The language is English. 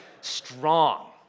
strong